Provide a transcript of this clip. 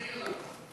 ולא באירלנד.